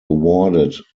awarded